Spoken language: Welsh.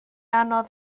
anodd